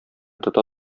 тота